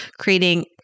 creating